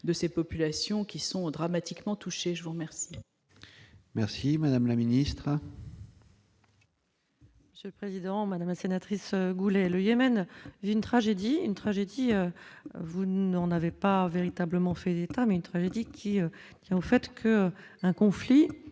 de ces populations qui sont dramatiquement touché, je vous remercie. Merci, Madame la Ministre. Monsieur le président, madame la sénatrice Goulet, le Yémen d'une tragédie, une tragédie, vous n'en avait pas véritablement fait état mais une tragédie qui tient au fait que un conflit